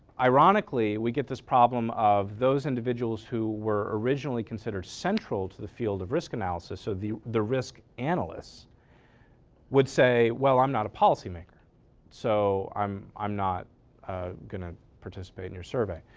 ironically, we get this problem of those individuals who were originally considered central to the field of risk analysis. ah so the risk analyst would say well i'm not a policy maker so i'm i'm not going to participate in your survey.